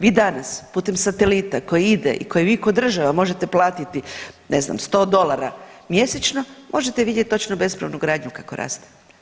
Vi danas putem satelita koji ide i koji vi kao država možete platiti, ne znam, 100 dolara mjesečno, možete vidjeti točno bespravnu gradnju kako raste.